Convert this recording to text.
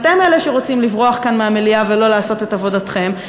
אתם אלה שרוצים לברוח כאן מהמליאה ולא לעשות את עבודתכם,